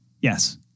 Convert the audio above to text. yes